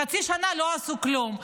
חצי שנה לא עשו כלום.